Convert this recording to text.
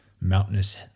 mountainous